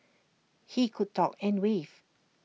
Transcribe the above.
he could talk and wave